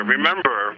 Remember